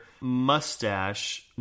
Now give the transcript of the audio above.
mustache